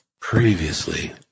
Previously